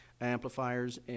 amplifiers